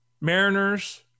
Mariners